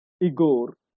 Igor